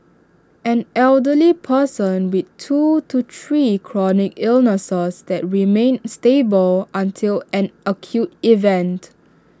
an elderly person with two to three chronic illnesses that remain stable until an acute event